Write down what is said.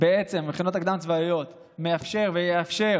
המכינות הקדם-צבאיות, מאפשר ויאפשר